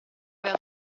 aveva